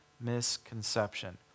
misconception